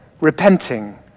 repenting